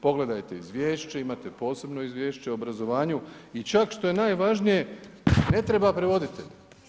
Pogledajte izvješće, imate posebno izvješće o obrazovanju i čak što je najvažnije ne treba prevoditelj.